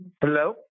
Hello